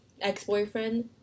ex-boyfriend